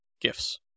gifts